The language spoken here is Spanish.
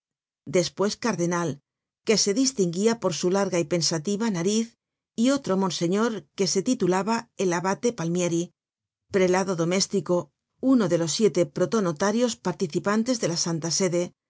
despues cardenal que se distinguia por su larga y pensativa nariz y otro monseñor que se titulaba el abate palmieri prelado doméstico uno de los siete protonotarios participantes de la santa sede